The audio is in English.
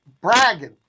bragging